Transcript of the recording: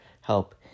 help